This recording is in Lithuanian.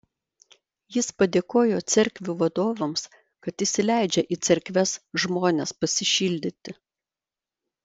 jis padėkojo cerkvių vadovams kad įsileidžia į cerkves žmones pasišildyti